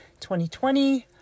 2020